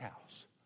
House